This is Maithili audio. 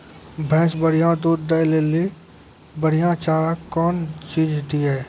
भैंस बढ़िया दूध दऽ ले ली बढ़िया चार कौन चीज दिए?